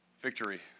victory